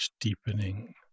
deepening